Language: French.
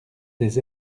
des